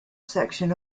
section